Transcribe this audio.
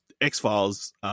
X-Files